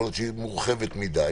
יכול להיות שהיא מורחבת מדי.